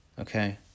okay